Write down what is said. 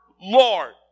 Lord